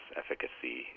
efficacy